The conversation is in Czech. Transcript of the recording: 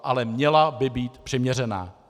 Ale měla by být přiměřená.